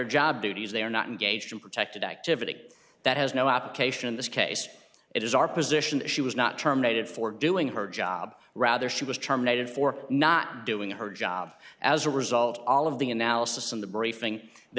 job duties they are not engaged in protected activity that has no application in this case it is our position that she was not terminated for doing her job rather she was terminated for not doing her job as a result all of the analysis in the briefing that